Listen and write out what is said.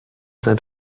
sein